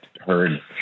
heard